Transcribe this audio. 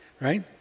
right